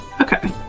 okay